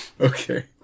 Okay